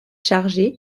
chargé